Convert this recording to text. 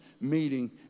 meeting